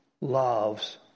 loves